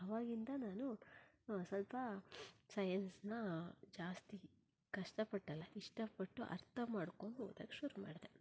ಆವಾಗಿಂದ ನಾನು ಸ್ವಲ್ಪ ಸೈಯನ್ಸ್ನ ಜಾಸ್ತಿ ಕಷ್ಟಪಟ್ಟಲ್ಲ ಇಷ್ಟಪಟ್ಟು ಅರ್ಥ ಮಾಡಿಕೊಂಡು ಓದಕ್ಕೆ ಶುರು ಮಾಡಿದೆ